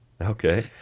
Okay